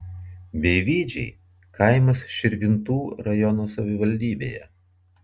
beivydžiai kaimas širvintų rajono savivaldybėje